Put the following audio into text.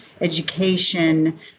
education